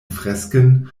fresken